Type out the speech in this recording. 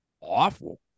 awful